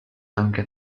anche